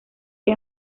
que